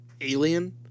alien